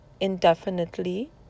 indefinitely